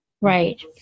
right